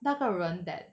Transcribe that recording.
那个人 that